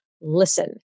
listen